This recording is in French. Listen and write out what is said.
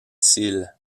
cils